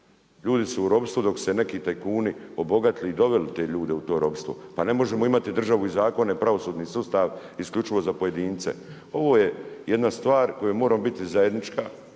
Ljudi su u ropstvu dok su se neki tajkuni obogatili i doveli te ljude u to ropstvo. Pa ne možemo imati državu i zakone, pravosudni sustav isključivo za pojedince. Ovo je jedna stvar koja mora biti zajednička